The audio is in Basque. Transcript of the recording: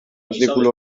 artikulu